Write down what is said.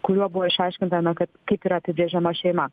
kuriuo buvo išaiškinta na kad kaip yra apibrėžiama šeima